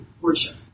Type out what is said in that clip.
worship